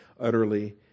utterly